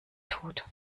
tod